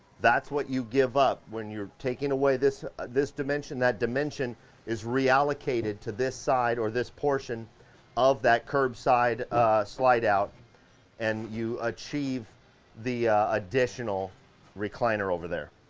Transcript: that's what you give up when you're taking away this this dimension, that dimension is reallocated to this side or this portion of that curved side slide-out and you achieve the additional recliner over there.